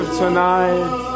tonight